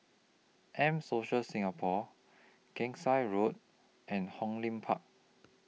M Social Singapore Gangsa Road and Hong Lim Park